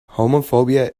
homophobia